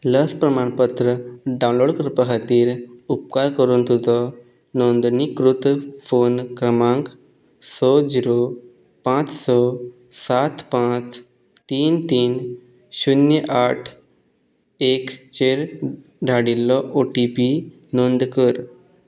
लस प्रमाणपत्र डावनलोड करपा खातीर उपकार करून तुजो नोंदणीकृत फोन क्रमांक स जिरो पांच स सात पांच तीन तीन शुन्य आठ एकचेर धाडिल्लो ओटीपी नोंद कर